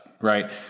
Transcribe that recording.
Right